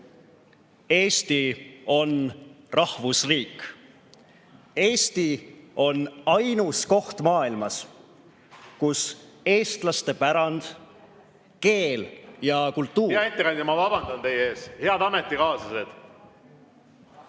Eesti on rahvusriik. Eesti on ainus koht maailmas, kus eestlaste pärand, keel ja kultuur ... Hea ettekandja, ma vabandan teie ees! Head ametikaaslased,